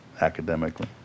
academically